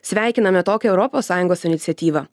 sveikiname tokią europos sąjungos iniciatyvą